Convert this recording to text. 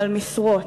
על משרות,